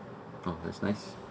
oh that's nice